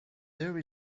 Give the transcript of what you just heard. there